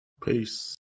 peace